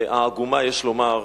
העגומה יש לומר,